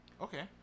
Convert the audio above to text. Okay